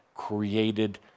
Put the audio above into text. created